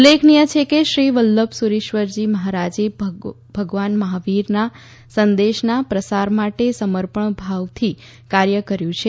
ઉલ્લેખનિય છે કે શ્રી વલ્લભ સુરીશ્વરજી મહારાજે ભગવાન મહાવીરના સંદેશના પ્રસાર માટે સમર્પણ ભાવથી કાર્ય કર્યું છે